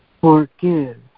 Forgive